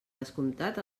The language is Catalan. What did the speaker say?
descomptat